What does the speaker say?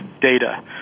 data